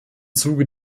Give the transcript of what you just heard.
zuge